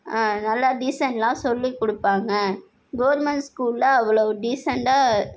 நல்லா டீசண்ட்லாம் சொல்லிக் கொடுப்பாங்க கவுர்மெண்ட் ஸ்கூலில் அவ்வளவு டீசண்டாக